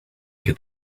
get